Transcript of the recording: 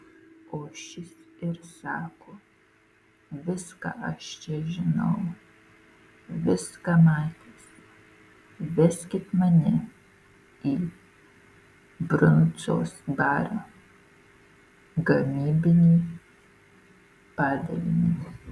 o šis ir sako viską aš čia žinau viską matęs veskit mane į brundzos barą gamybinį padalinį